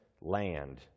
land